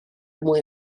mwyn